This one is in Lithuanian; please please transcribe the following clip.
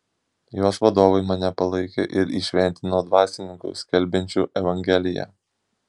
jos vadovai mane palaikė ir įšventino dvasininku skelbiančiu evangeliją